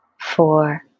four